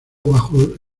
bajo